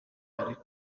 ariko